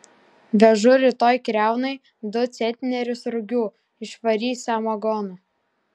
vežu rytoj kriaunai du centnerius rugių išvarys samagono